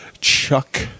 Chuck